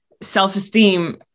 self-esteem